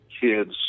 kids